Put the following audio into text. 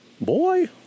Boy